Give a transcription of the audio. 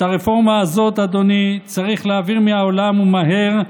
את הרפורמה הזאת, אדוני, צריך להעביר מהעולם ומהר,